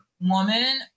woman